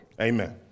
Amen